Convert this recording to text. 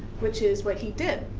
which is what he did.